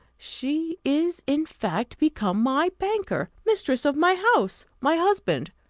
she is, in fact, become my banker mistress of my house, my husband,